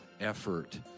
effort